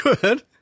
Good